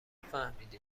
فهمیدی